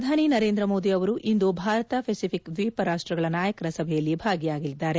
ಪ್ರಧಾನಮಂತ್ರಿ ನರೇಂದ್ರ ಮೋದಿ ಅವರು ಇಂದು ಭಾರತ ಪೆಸಿಫಿಕ್ ದ್ವೀಪ ರಾಷ್ಟಗಳ ನಾಯಕರ ಸಭೆಯಲ್ಲಿ ಭಾಗಿಯಾಗಲಿದ್ದಾರೆ